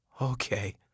Okay